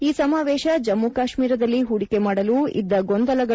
ಈ ಸಮಾವೇಶ ಜಮ್ಮು ಕಾಶ್ಮೀರದಲ್ಲಿ ಹೂಡಿಕೆ ಮಾಡಲು ಇದ್ದ ಗೊಂದಲಗಳು